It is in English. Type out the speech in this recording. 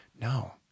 No